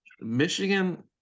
Michigan